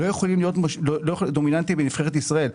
לא יכולים להיות דומיננטיים בנבחרת ישראל.